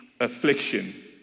affliction